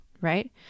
right